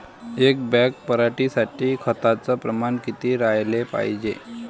एक बॅग पराटी साठी खताचं प्रमान किती राहाले पायजे?